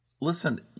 listen